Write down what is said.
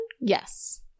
Yes